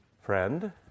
Friend